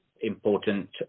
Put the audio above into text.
important